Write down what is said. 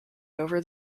over